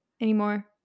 anymore